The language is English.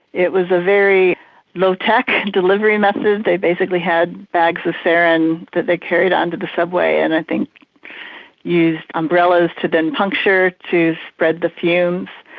it was a very low-tech delivery method. they basically had bags of sarin that they carried onto the subway, and i think used umbrellas to then puncture to spread the fumes,